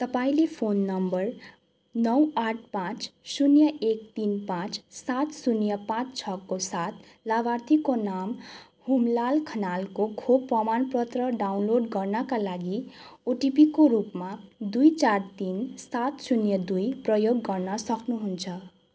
तपाईँँले phone number नौ आठ पाँच शून्य एक तिन पाँच सात शून्य पाँच छको साथ लाभार्थीको नाम हुमलाल खनालको खोप प्रमाणपत्र डाउनलोड गर्नाका लागि ओटिपीको रूपमा दुई चार तिन सात शून्य दुई प्रयोग गर्न सक्नुहुन्छ